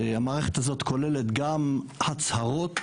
המערכת הזאת כוללת גם הצהרות,